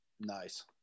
Nice